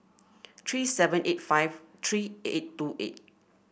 three seven eight five three eight two eight